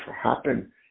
happen